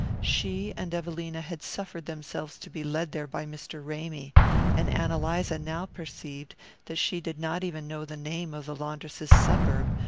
she and evelina had suffered themselves to be led there by mr. ramy and ann eliza now perceived that she did not even know the name of the laundress's suburb,